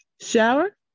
Shower